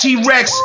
T-Rex